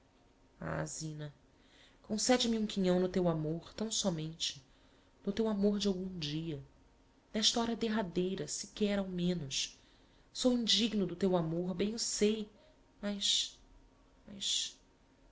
coração ah zina concede me um quinhão no teu amor tão sómente no teu amor de algum dia n'esta hora derradeira sequer ao menos sou indigno do teu amor bem o sei mas mas